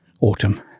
autumn